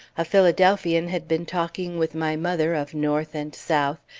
a philadelphian had been talking with my mother of north and south,